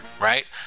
right